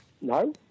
no